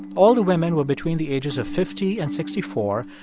all the women were between the ages of fifty and sixty four,